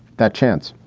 that chance,